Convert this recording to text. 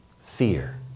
fear